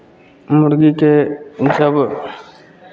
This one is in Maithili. मुरगीकेँ हम सभ